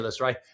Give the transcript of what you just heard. right